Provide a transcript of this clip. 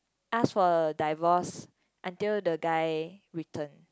ask for a divorce until the guy returned